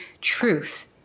truth